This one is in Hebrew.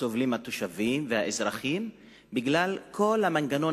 שסובלים התושבים והאזרחים בגלל כל המנגנון